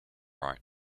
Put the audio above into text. right